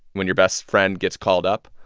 when your best friend gets called up,